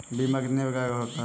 बीमा कितने प्रकार का होता है?